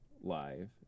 live